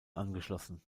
angeschlossen